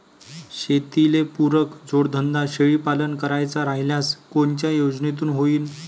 शेतीले पुरक जोडधंदा शेळीपालन करायचा राह्यल्यास कोनच्या योजनेतून होईन?